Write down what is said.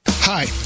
Hi